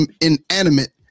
inanimate